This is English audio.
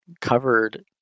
covered